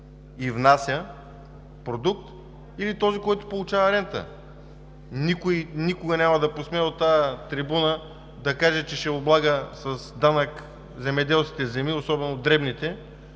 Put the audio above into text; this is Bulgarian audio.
и внася продукт, или този, който получава рента? Никой никога няма да посмее от тази трибуна да каже, че ще облага с данък земеделските земи – особено дребните,